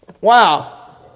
Wow